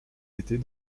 étés